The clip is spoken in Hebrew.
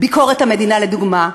ביקורת המדינה, לדוגמה,